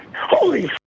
Holy